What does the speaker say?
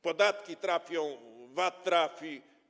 Podatki trafią, VAT trafi.